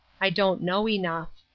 i don't know enough.